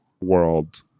world